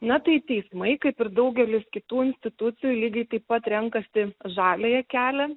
na tai teismai kaip ir daugelis kitų institucijų lygiai taip pat renkasi žaliąją kelią